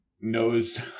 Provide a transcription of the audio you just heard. knows